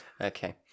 Okay